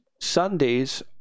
Sundays